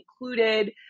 included